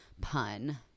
pun